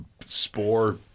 Spore